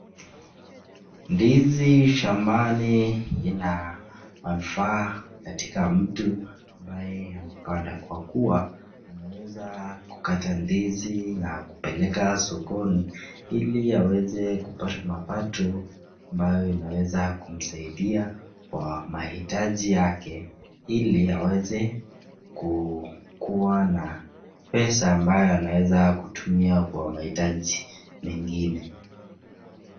Ndizi shambani inamanufa katika mtu ambaye amepanda kwa kuwa anaweza kukata ndizi na kupeleka sokoni ili aweze kupata mapato ambayo inaweza kumsaidia kwa mahitaji yake ili aweze kukuwa na pesa ambayo anaweza kutumia kwa mahitaji mengine.